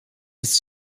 jest